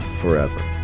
forever